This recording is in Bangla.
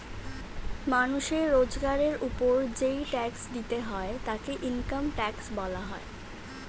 মানুষের রোজগারের উপর যেই ট্যাক্স দিতে হয় তাকে ইনকাম ট্যাক্স বলা হয়